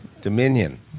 Dominion